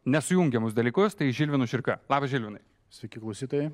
nesujungiamus dalykus tai žilvinas širka labas žilvinai sveiki klausytojai